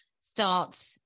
start